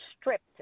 stripped